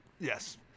yes